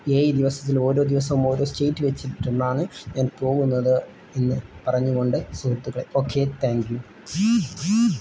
ഏഴ് ദിവസത്തിൽ ഓരോ ദിവസവും ഓരോ സ്റ്റേറ്റ് വെച്ചിട്ടാണ് ഞാൻ പോകുന്നത് എന്ന് പറഞ്ഞുകൊണ്ട് സുഹൃത്തുക്കളെ ഓക്കെ താങ്ക് യൂ